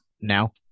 Now